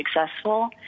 successful